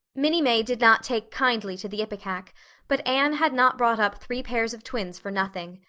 minnie may did not take kindly to the ipecac but anne had not brought up three pairs of twins for nothing.